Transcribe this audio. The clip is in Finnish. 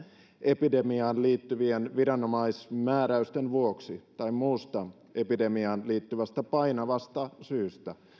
epidemiaan liittyvien viranomaismääräysten vuoksi tai muusta epidemiaan liittyvästä painavasta syystä